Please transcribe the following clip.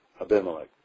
Abimelech